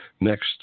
next